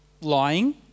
lying